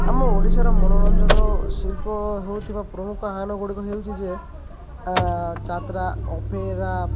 ଆମ ଓଡ଼ିଶାର ମନୋରଞ୍ଜନ ଶିଳ୍ପ ହେଉଥିବା ପ୍ରମୁଖ ଆାହ୍ୱାନ ଗୁଡ଼ିକ ହେଉଛି ଯେ ଯାତ୍ରା ଅପେରା